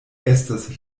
estas